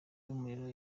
y’umuriro